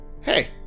Hey